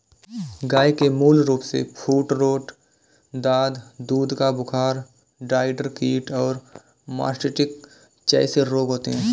गय के मूल रूपसे फूटरोट, दाद, दूध का बुखार, राईडर कीट और मास्टिटिस जेसे रोग होते हें